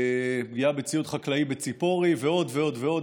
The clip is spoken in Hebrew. פגיעה בציוד חקלאי בציפורי ועוד ועוד ועוד.